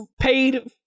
paid